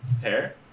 hair